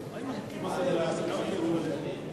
פעולה ולפיתוח כלכלי בדבר זכויות יתר,